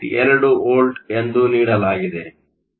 2 volt ಎಂದು ನೀಡಲಾಗಿದೆ